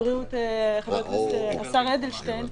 יושבת-ראש ועדת הקורונה דורשת נתונים.